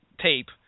tape